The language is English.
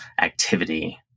activity